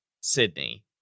Sydney